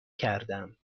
کردم